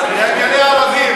חבר הכנסת זאב.